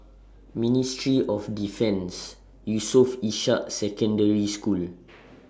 Ministry of Defence Yusof Ishak Secondary School